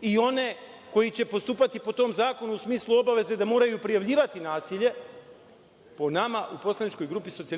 i one koji će postupati po tom zakonu u smislu obaveze da moraju prijavljivati nasilje, po nama u poslaničkoj grupi SPS,